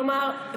כלומר,